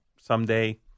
someday